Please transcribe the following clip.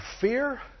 fear